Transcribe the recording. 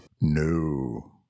No